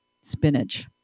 spinach